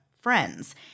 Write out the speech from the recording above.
friends